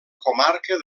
comarca